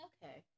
Okay